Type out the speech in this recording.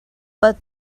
but